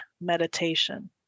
meditation